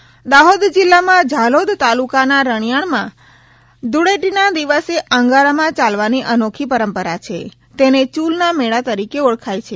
you'll ના મેળા દાહોદ જિલ્લામા ઝાલોદ તાલુકા ના રણિયાર માં ધુળેટીના દિવસે અંગારામાં યાલવાની અનોખી પરંપરા છે તેને ચુલના મેળા તરીકે ઓળખે છે